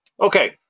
okay